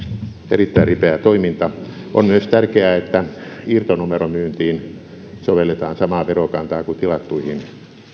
erittäin ripeää toimintaa on myös tärkeää että irtonumeromyyntiin sovelletaan samaa verokantaa kuin tilattuihin